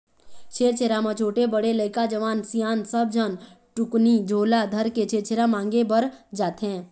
छेरछेरा म छोटे, बड़े लइका, जवान, सियान सब झन टुकनी झोला धरके छेरछेरा मांगे बर जाथें